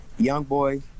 Youngboy